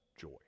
joy